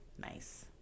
nice